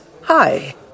hi